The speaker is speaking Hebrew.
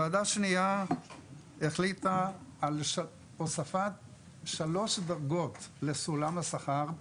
ועדה שנייה החליטה על הוספת שלוש דרגות לסולם השכר,